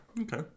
Okay